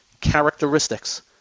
characteristics